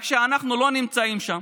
רק שאנחנו לא נמצאים שם,